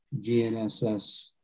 GNSS